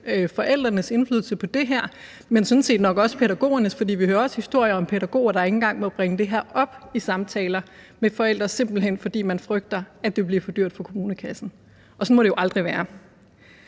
forældrenes indflydelse på det her område, men sådan set nok også pædagogernes, for vi hører også historier om pædagoger, der ikke engang må bringe det her op i samtaler med forældre – simpelt hen fordi man frygter, at det vil blive for dyrt for kommunekassen. Og sådan må det jo aldrig være.